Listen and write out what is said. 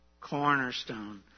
Cornerstone